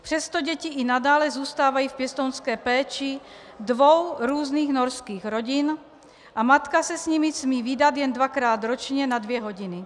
Přesto děti i nadále zůstávají v pěstounské péči dvou různých norských rodin a matka se s nimi smí vídat jen dvakrát ročně na dvě hodiny.